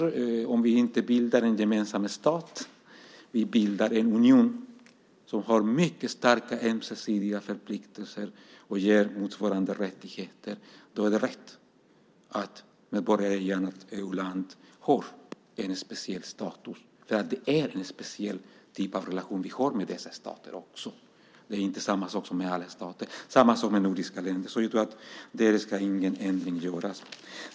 Även om vi inte bildar en gemensam stat är vi en union där det finns mycket starka ömsesidiga förpliktelser och motsvarande rättigheter som ger medborgare i andra EU-länder en speciell status. Det är en speciell typ av relation vi har med dessa stater. Det är likadant med de nordiska länderna. Där ska ingen ändring göras.